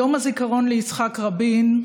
יום הזיכרון ליצחק רבין,